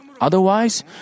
Otherwise